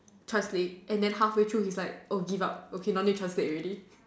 translate and then half way through he's like oh give up okay don't need translate already